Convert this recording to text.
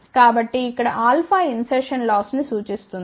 కాబట్టి ఇక్కడ α insertion loss ని సూచిస్తుంది